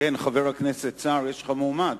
חבר הכנסת סער, יש לך מועמד?